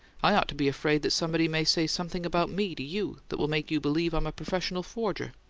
i ought to be afraid that somebody may say something about me to you that will make you believe i'm a professional forger.